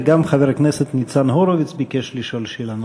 וגם חבר הכנסת ניצן הורוביץ ביקש לשאול שאלה נוספת.